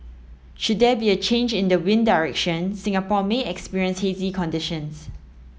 should there be a change in the wind direction Singapore may experience hazy conditions